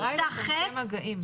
המטרה היא לצמצם מגעים.